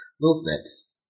movements